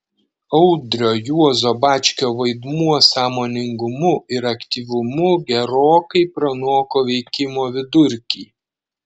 audrio juozo bačkio vaidmuo sąmoningumu ir aktyvumu gerokai pranoko veikimo vidurkį